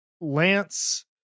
Lance